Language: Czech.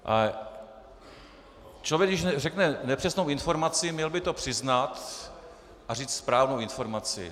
Člověk když řekne nepřesnou informaci, měl by to přiznat a říct správnou informaci.